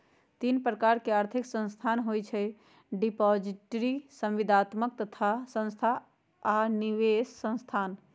तीन प्रकार के आर्थिक संस्थान होइ छइ डिपॉजिटरी, संविदात्मक संस्था आऽ निवेश संस्थान